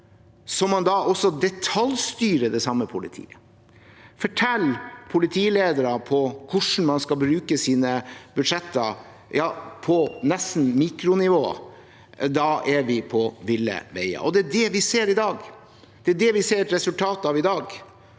som man detaljstyrer det samme politiet og forteller politiledere hvordan de skal bruke sine budsjetter nesten på mikronivå, er vi på ville veier. Det er det vi ser i dag, det er det vi ser resultatet av i dag.